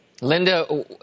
Linda